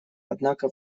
однако